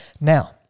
Now